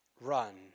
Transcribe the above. Run